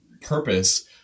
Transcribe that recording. purpose